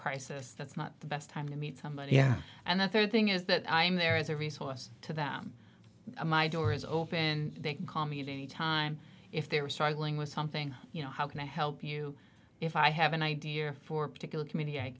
crisis that's not the best time to meet somebody and the third thing is that i'm there as a resource to them my door is open they can call me any time if they were struggling with something you know how can i help you if i have an idea for particular community i